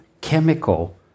chemical